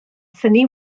thynnu